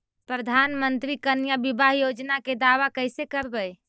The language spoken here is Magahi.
प्रधानमंत्री कन्या बिबाह योजना के दाबा कैसे करबै?